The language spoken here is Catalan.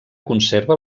conserva